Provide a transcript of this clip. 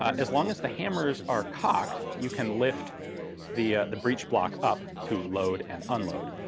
ah as long as the hammers are cocked, you can lift the the breech block up to load and unload.